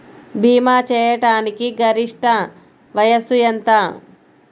భీమా చేయాటానికి గరిష్ట వయస్సు ఎంత?